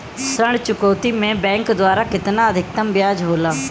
ऋण चुकौती में बैंक द्वारा केतना अधीक्तम ब्याज होला?